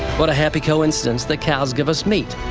what a happy coincidence that cows give us meat,